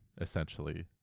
essentially